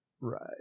Right